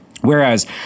Whereas